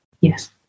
Yes